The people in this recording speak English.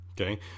Okay